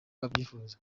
abyifuza